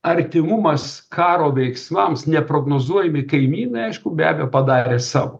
artimumas karo veiksmams neprognozuojami kaimynai aišku be abejo padarė savo